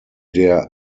der